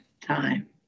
time